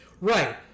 Right